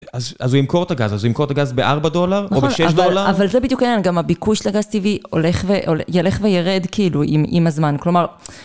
אז הוא ימכור את הגז, אז הוא ימכור את הגז ב-4 דולר, או ב-6 דולר? אבל זה בדיוק העניין, גם הביקוש לגז טבעי הולך ו- ילך וירד, כאילו, עם הזמן. כלומר...